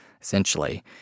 essentially